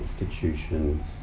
institutions